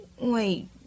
Wait